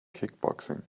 kickboxing